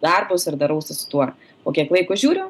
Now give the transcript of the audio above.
darbus ir darausi su tuo po kiek laiko žiūriu